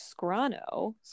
scrano